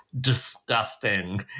disgusting